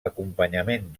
acompanyament